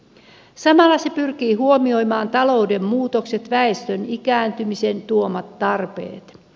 samalla se pyrkii huomioimaan talouden muutokset väestön ikääntymisen tuomat tarpeet